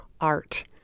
art